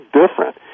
different